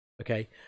Okay